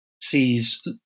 sees